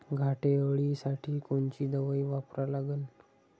घाटे अळी साठी कोनची दवाई वापरा लागन?